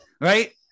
right